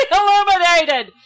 illuminated